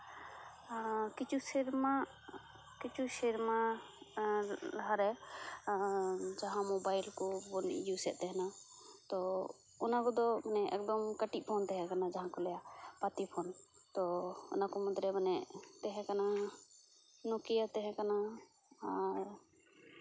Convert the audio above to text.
ᱠᱤᱪᱷᱩ ᱥᱮᱨᱢᱟ ᱠᱤᱪᱷᱩ ᱥᱮᱨᱢᱟ ᱞᱟᱦᱟᱨᱮ ᱡᱟᱦᱟᱸ ᱢᱳᱵᱟᱭᱤᱞ ᱠᱚᱵᱚᱱ ᱤᱭᱩᱡᱮᱫ ᱛᱟᱦᱮᱱᱟ ᱛᱚ ᱚᱱᱟ ᱠᱚᱫᱚ ᱮᱠᱫᱚᱢ ᱠᱟᱹᱴᱤᱡ ᱯᱷᱳᱱ ᱛᱟᱦᱮᱠᱟᱱᱟ ᱡᱟᱦᱟᱸ ᱠᱚ ᱞᱟᱹᱭᱟ ᱯᱟᱛᱤ ᱯᱷᱳᱱ ᱛᱚ ᱚᱱᱟᱠᱚ ᱢᱩᱫ ᱨᱮ ᱢᱟᱱᱮ ᱛᱟᱦᱮᱸ ᱠᱟᱱᱟ ᱱᱳᱠᱤᱭᱟ ᱛᱟᱦᱮᱠᱟᱱᱟ ᱟᱨ